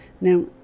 now